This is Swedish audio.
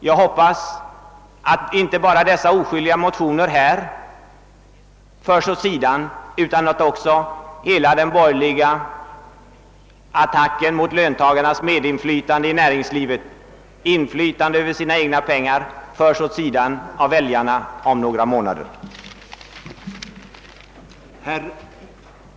Jag hoppas inte bara att dessa »oskyldiga» motioner här förs åt sidan utan att hela den borgerliga attacken mot löntagarnas inflytande i näringslivet, mot löntagarnas inflytande Över sina egna pengar, slås tillbaka av väljarna om några månader. Herr talman! Jag yrkar bifall till utskottets hemställan.